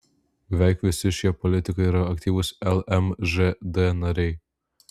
beveik visi šie politikai yra aktyvūs lmžd nariai